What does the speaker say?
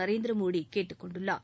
நரேந்திரமோடி கேட்டுக்கொண்டுள்ளார்